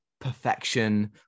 perfection